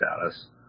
status